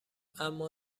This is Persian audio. اما